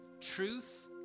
truth